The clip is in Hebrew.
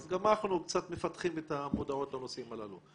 אז גם אנחנו קצת מפתחים את המודעות בנושאים הללו.